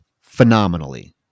phenomenally